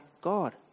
God